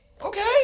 okay